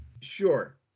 Sure